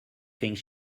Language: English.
think